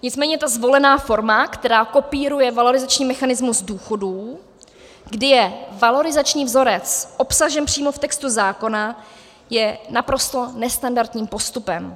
Nicméně ta zvolená forma, která kopíruje valorizační mechanismus důchodů, kdy je valorizační vzorec obsažen přímo v textu zákona, je naprosto nestandardním postupem.